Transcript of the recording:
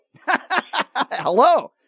Hello